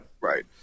right